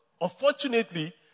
unfortunately